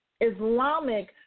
Islamic